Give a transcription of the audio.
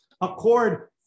accord